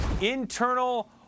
internal